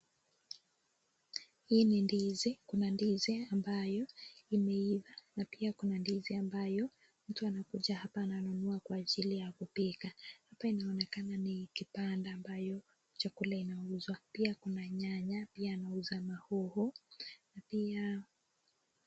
Hii ni ndizi, kuna ndizi ambayo imeiva, na pia kuna ndizi ambayo mtu anakuja hapa ananunua kwa ajili ya kupika, hapa inaonekana ni kibanda ambayo chakula inauzwa, pia kuna nyanya, pia anauza mahoho, pia,